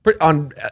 On